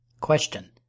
Question